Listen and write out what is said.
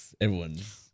Everyone's